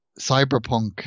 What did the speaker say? cyberpunk